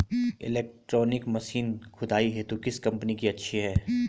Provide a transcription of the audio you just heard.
Electronic machine खुदाई हेतु किस कंपनी की अच्छी है?